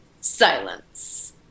silence